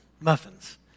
muffins